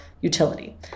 utility